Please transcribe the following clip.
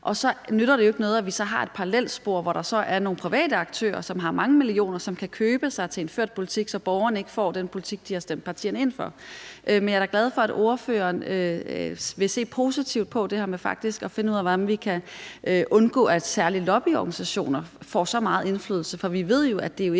og så nytter det jo ikke noget, at vi så har et parallelt spor, hvor der så er nogle private aktører, som har mange millioner, og som kan købe sig til en ført politik, så borgerne ikke får den politik, de har stemt partierne ind for. Men jeg er glad for, at ordføreren vil se positivt på det her med faktisk at finde ud af, hvordan vi kan undgå, at særlig lobbyorganisationer får så meget indflydelse. For vi ved jo, at det ikke